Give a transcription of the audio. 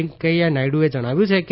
વૈંકેથા નાયડુએ જણાવ્યું છે કે